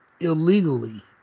illegally